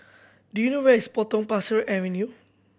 do you know where is Potong Pasir Avenue